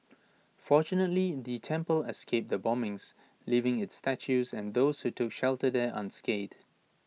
fortunately the temple escaped the bombings leaving its statues and those who took shelter there unscathed